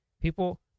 People